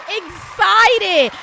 excited